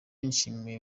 nishimiye